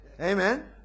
Amen